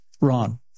Ron